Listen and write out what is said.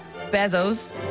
bezos